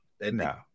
No